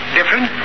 Different